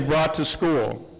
brought to school.